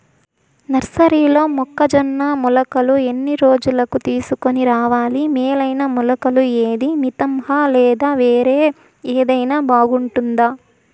నర్సరీలో మొక్కజొన్న మొలకలు ఎన్ని రోజులకు తీసుకొని రావాలి మేలైన మొలకలు ఏదీ? మితంహ లేదా వేరే ఏదైనా బాగుంటుందా?